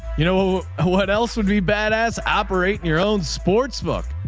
you know what else would be badass operate in your own sports book.